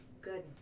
Good